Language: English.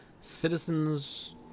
citizens